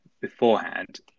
beforehand